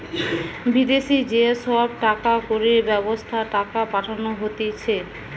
বিদেশি যে সব টাকা কড়ির ব্যবস্থা টাকা পাঠানো হতিছে